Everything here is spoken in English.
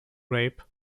rape